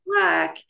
work